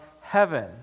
heaven